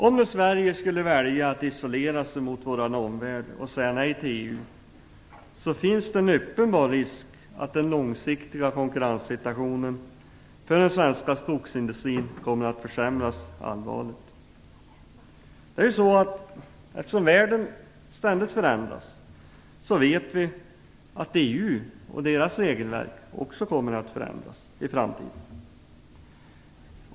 Om Sverige nu skulle välja att isolera sig mot vår omvärld och säga nej till EU finns det en uppenbar risk för att den långsiktiga konkurrenssituationen för den svenska skogsindustrin kommer att försämras allvarligt. Eftersom världen ständigt förändras vet vi att EU och dess regelverk också kommer att förändras i framtiden.